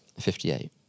58